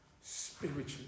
spiritually